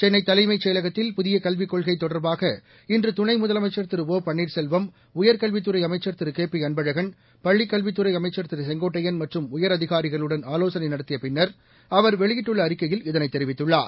சென்னை தலைமைச் செயலகத்தில் புதிய கல்விக் கொள்கை தொடர்பாக இன்று துணை முதலமைச்சர் திரு ஓ பள்ளீர்செல்வம் உயர்கல்வித்துறை அமைச்சள் திரு கே பி அன்பழகன் பள்ளிக் கல்வித்துறை அமைச்சர் திரு செங்கோட்டையன் மற்றம் உயரதிகாரிகளுடன் ஆலோசனை நடத்திய பின்னர் அவர் வெளியிட்டுள்ள அறிக்கையில் இதனை தெரிவித்துள்ளார்